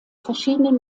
verschiedenen